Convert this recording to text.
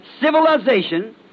Civilization